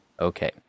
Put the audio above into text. Okay